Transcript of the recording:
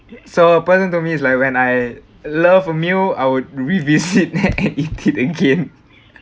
so personally to me is like when I love a meal I would revisit and eat it again